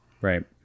right